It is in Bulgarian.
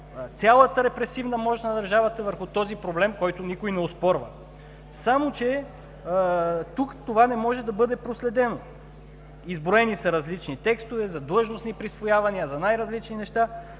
цялата репресивна мощ на държавата върху този проблем, който никой не оспорва. Само че тук това не може да бъде проследено. Изброени са различни текстове – за длъжностни присвоявания, за най-различни неща,